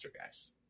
guys